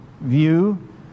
view